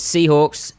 Seahawks